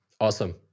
Awesome